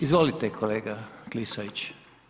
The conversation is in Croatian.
Izvolite kolega Klisović.